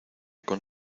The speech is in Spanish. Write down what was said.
con